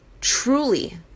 truly